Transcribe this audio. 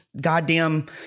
goddamn